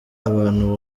abantu